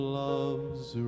love's